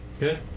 Good